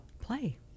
play